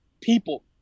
people